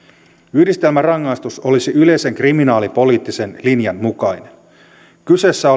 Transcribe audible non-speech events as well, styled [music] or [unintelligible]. yhdistelmärangaistus olisi yleisen kriminaalipoliittisen linjan mukainen kyseessä [unintelligible]